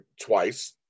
twice